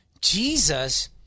Jesus